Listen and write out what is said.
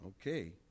Okay